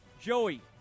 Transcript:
Joey